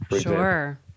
sure